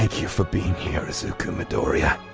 you for being here, izuku midoriya.